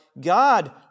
God